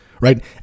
right